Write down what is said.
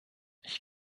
ich